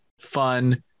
fun